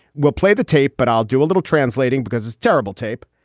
we'll play the tape, but i'll do a little translating because it's terrible tape